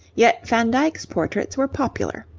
yet van dyck's portraits were popular.